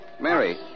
Mary